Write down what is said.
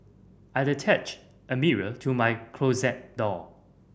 I attached a mirror to my closet door